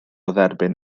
dderbyn